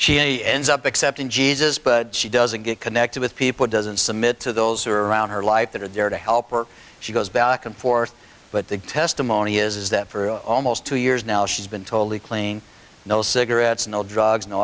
she ends up accepting jesus but she doesn't get connected with people doesn't submit to those who are around her life that are there to help her she goes back and forth but the testimony is that for almost two years now she's been totally clean no cigarettes no drugs